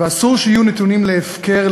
ואסור שיהיו נתונים להפקר,